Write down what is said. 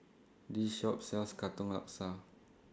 This Shop sells Katong Laksa